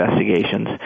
investigations